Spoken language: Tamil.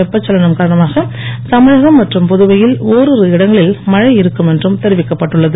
வெப்பசலனம் காரணமாக தமிழகம் மற்றும் புதுவையில் ஒரிரு இடங்களில் மழை இருக்கும் என்றும் தெரிவிக்கப்பட்டு உள்ளது